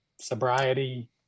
sobriety